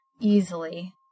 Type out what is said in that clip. easily